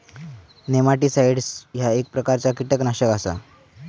nematicides ह्या एक प्रकारचा कीटकनाशक आसा